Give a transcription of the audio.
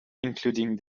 including